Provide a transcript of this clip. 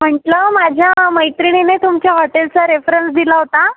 म्हटलं माझ्या मैत्रिणीने तुमच्या हॉटेलचा रेफरन्स दिला होता